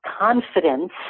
confidence